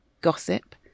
gossip